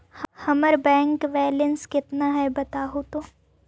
हमर bank balance केतना है बताहु तो?